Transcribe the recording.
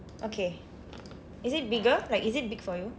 okay is it bigger like is it big for you